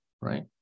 right